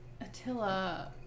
Attila